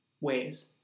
ways